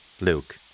Luke